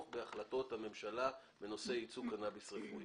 בהחלטות הממשלה בנושא יצוא קנאביס רפואי.